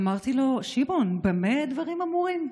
אמרתי לו: שמעון, במה דברים אמורים?